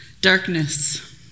Darkness